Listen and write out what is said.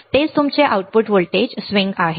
तेच तुमचे output voltage swing आहे